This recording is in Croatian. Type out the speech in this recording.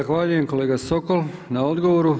Zahvaljujem kolega Sokol na odgovoru.